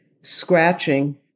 scratching